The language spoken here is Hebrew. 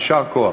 יישר כוח.